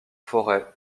forêts